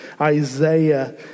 Isaiah